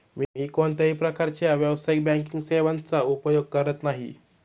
मी कोणत्याही प्रकारच्या व्यावसायिक बँकिंग सेवांचा उपयोग करत नाही